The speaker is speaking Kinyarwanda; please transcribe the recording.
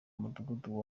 umudugudu